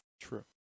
True